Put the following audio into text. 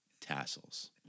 tassels